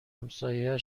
همساین